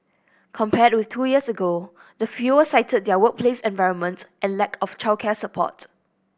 compared with two years ago the fewer cited their workplace environment and lack of childcare support